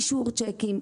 אישור צ'קים,